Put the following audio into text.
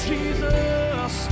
Jesus